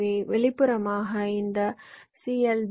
எனவே வெளிப்புறமாக இந்த சி